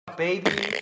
Baby